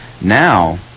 Now